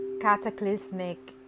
cataclysmic